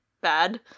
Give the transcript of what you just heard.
bad